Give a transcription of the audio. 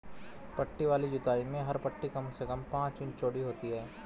पट्टी वाली जुताई में हर पट्टी कम से कम पांच इंच चौड़ी होती है